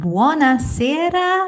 Buonasera